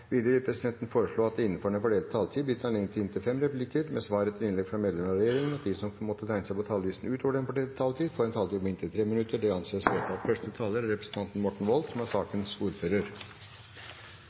Videre vil presidenten foreslå at det – innenfor den fordelte taletid – blir gitt anledning til inntil fem replikker med svar etter innlegg fra medlemmer av regjeringen, og at de som måtte tegne seg på talerlisten utover den fordelte taletid, får en taletid på inntil 3 minutter. – Det anses vedtatt.